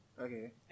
Okay